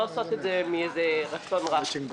לא של כל הרשויות.